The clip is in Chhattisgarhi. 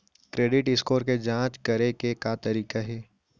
क्रेडिट स्कोर के जाँच करे के का तरीका हे?